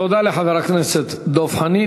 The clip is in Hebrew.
תודה לחבר הכנסת דב חנין.